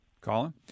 Colin